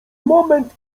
moment